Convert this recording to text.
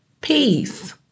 peace